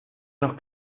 nos